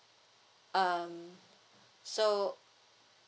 um so